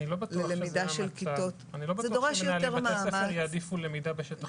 אני לא בטוח שמנהלי בלתי הספר יעדיפו למידה בשטח פתוח.